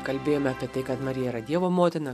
kalbėjom apie tai kad marija yra dievo motina